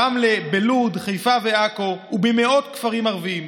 ברמלה, בלוד, בחיפה ועכו, ובמאות כפרים ערביים,